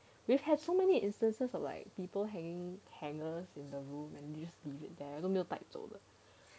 we've had so many instances of like people hanging hangers in the room and you just leave it there 都没有走的